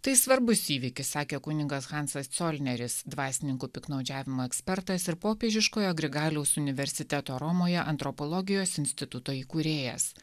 tai svarbus įvykis sakė kunigas hansas colneris dvasininkų piktnaudžiavimo ekspertas ir popiežiškojo grigaliaus universiteto romoje antropologijos instituto įkūrėjas